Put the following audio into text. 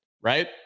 Right